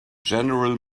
general